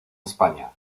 españa